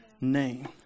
name